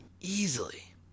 easily